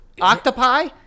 Octopi